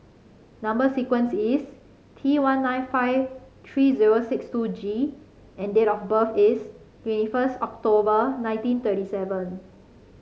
number sequence is T one nine five three zero six two G and date of birth is twenty first October nineteen thirty seven